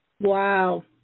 wow